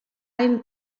ein